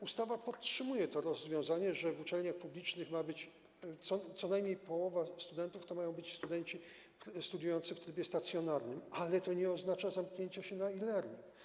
Ustawa podtrzymuje to rozwiązanie, że w uczelniach publicznych co najmniej połowa studentów to mają być studenci studiujący w trybie stacjonarnym, ale to nie oznacza zamknięcia się na e-learning.